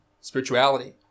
spirituality